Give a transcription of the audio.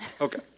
Okay